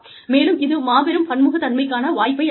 மேலும் இது மாபெரும் பன்முகத்தன்மைக்கான வாய்ப்பை அளிக்கிறது